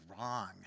wrong